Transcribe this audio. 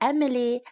Emily